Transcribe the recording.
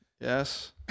yes